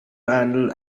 handle